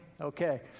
Okay